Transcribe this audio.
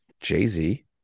Jay-Z